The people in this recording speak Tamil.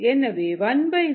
எனவே 1v 58